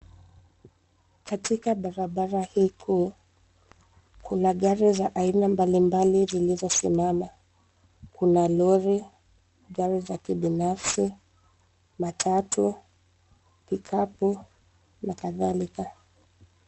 Katika barabara hii kuu, kuna gari za aina mbalimbali zilizosimama, kuna lori, gari za kibinafsi, matatu, pikapu, na kadhalika.